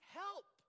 help